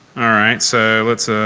all right. so let's ah